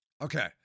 Okay